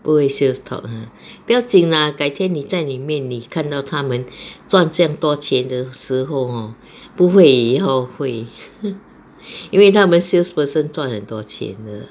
不会 sales talk 不要紧 lah 改天你在里面你看到他们赚这么多钱的时候 hor 不会以后会因为他们 sales person 赚很多钱的